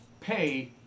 pay